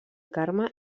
carme